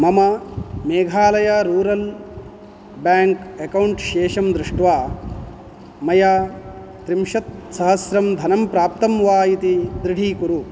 मम Meghalaya rural bank account शेषं दृष्ट्वा मया त्रिंशत्सहस्रं धनं प्राप्तं वा इति दृढीकुरु